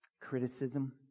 criticism